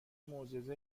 معجزه